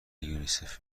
یونیسف